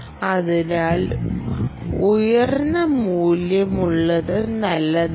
അതിനാൽ ഉയർന്ന മൂല്യമുള്ളത് നല്ലതാണ്